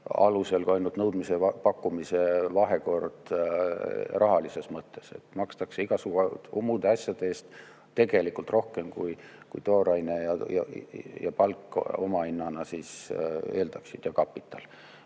alusel kui ainult nõudmise ja pakkumise vahekord rahalises mõttes. Makstakse igasuguste muude asjade eest tegelikult rohkem kui tooraine ja palk oma hinnana eeldaksid ja kapital.